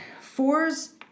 Fours